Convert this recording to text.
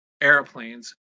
airplanes